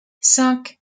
cinq